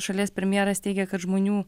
šalies premjeras teigia kad žmonių